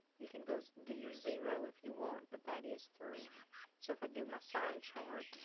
you can go do your zero if you want, but that is three so if i do my sign chart.